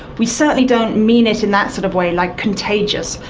we certainly don't mean it in that sort of way, like contagious.